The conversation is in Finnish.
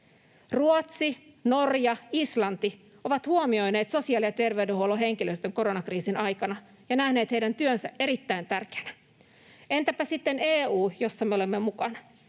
Ruotsi, Norja ja Islanti ovat huomioineet sosiaali- ja terveydenhuollon henkilöstön koronakriisin aikana ja nähneet heidän työnsä erittäin tärkeänä. Entäpä sitten EU, jossa me olemme mukana?